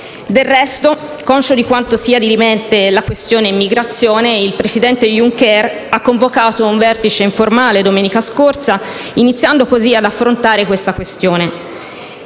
Del resto, conscio di quanto sia dirimente la questione immigrazione, il presidente Juncker ha convocato un vertice informale domenica scorsa, iniziando così ad affrontare questa questione.